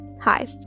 hi